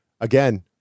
again